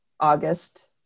August